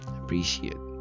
appreciate